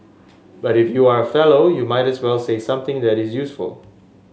but if you are a fellow you might as well say something that is useful